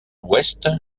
ouest